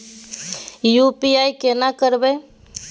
UPI केना करबे?